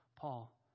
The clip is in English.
Paul